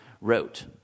wrote